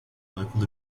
local